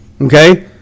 Okay